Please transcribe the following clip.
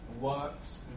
works